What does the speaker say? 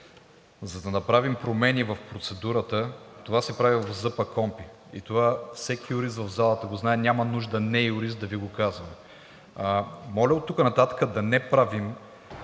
За да направим промени в процедурата, това се прави в ЗПКОНПИ и това всеки юрист в залата го знае – няма нужда не-юрист да Ви го казва. Моля оттук нататък да не правим